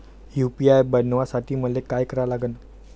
UPI बनवासाठी मले काय करा लागन?